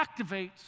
activates